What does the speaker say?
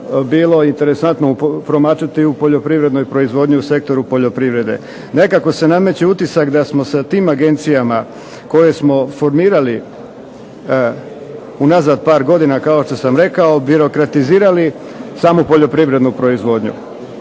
bilo interesantno promatrati u poljoprivrednoj proizvodnji u sektoru poljoprivrede. Nekako se nameće utisak da smo sa tim agencijama koje smo formirali unazad par godina kao što sam rekao birokratizirali samo poljoprivrednu proizvodnju.